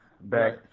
back